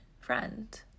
friend